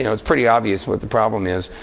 you know it's pretty obvious what the problem is.